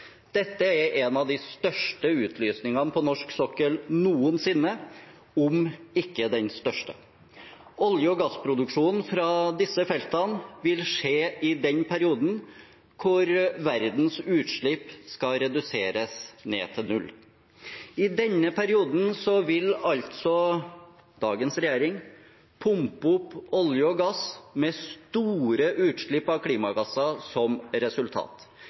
Dette er en av de største utlysningene på norsk sokkel noensinne, om ikke den største. Olje- og gassproduksjonen fra disse feltene vil skje i den perioden der verdens utslipp skal reduseres ned til null. I denne perioden vil altså dagens regjering pumpe opp olje og gass, med store utslipp av klimagasser som resultat,